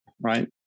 right